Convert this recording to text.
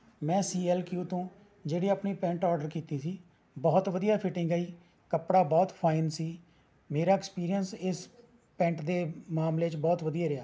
ਮੈਂ C L Q ਤੋਂ ਜਿਹੜੀ ਆਪਣੀ ਪੈਂਟ ਔਰਡਰ ਕੀਤੀ ਸੀ ਬਹੁਤ ਵਧੀਆ ਫਿਟਿੰਗ ਆਈ ਕੱਪੜਾ ਬਹੁਤ ਫਾਈਨ ਸੀ ਮੇਰਾ ਐਕਸਪੀਰੀਐਂਸ ਇਸ ਪੈਂਟ ਦੇ ਮਾਮਲੇ 'ਚ ਬਹੁਤ ਵਧੀਆ ਰਿਹਾ